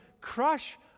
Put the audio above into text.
crush